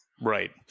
Right